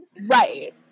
right